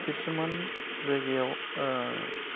खिसुमान जायगायाव